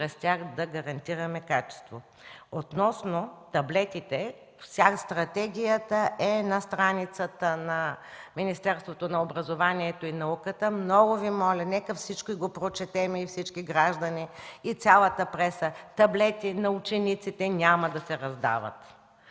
чрез тях да гарантираме качество. Относно таблетите – стратегията е на страницата на Министерството на образованието и науката. Много Ви моля, нека всички го прочетем, всички граждани и цялата преса – таблети на учениците няма да се раздават.